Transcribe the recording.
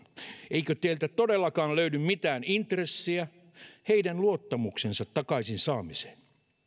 eikö teiltä todellakaan löydy mitään intressiä heidän luottamuksensa takaisin saamiseen